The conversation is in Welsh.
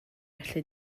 felly